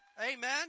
amen